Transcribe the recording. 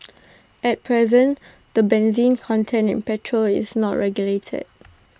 at present the benzene content in petrol is not regulated